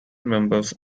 members